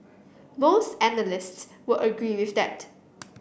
most analysts would agree with that